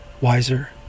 wiser